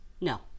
no